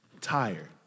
tired